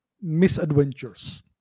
misadventures